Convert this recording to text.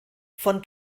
von